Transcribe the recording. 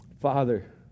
Father